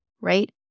right